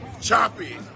Choppy